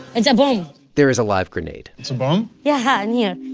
it's a bomb there is a live grenade it's a bomb yeah, in yeah